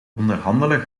onderhandelen